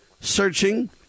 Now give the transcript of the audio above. searching